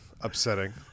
upsetting